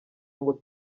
ngo